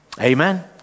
Amen